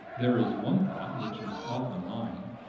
there is one thought, which is often mine.